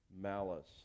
malice